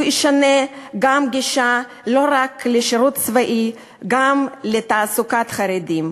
היא תשנה את הגישה לא רק לשירות צבאי אלא גם לתעסוקת חרדים,